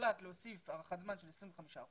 הוחלט להוסיף הארכת זמן של 25%,